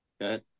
Good